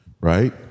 right